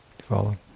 Follow